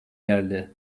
geldi